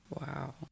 Wow